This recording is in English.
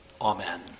Amen